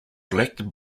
elected